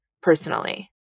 personally